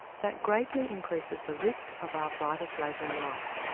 that greatly increases the risk of arthritis later in life.